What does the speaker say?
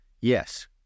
Yes